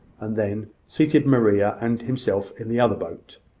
and then seated maria and himself in the other boat.